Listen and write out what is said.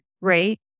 right